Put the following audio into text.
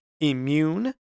immune